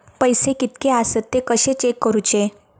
पैसे कीतके आसत ते कशे चेक करूचे?